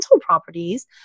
properties